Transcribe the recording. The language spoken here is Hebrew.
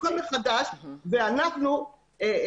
הכול צריך לעשות מחדש ואנחנו מתמודדים